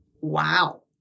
Wow